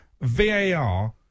VAR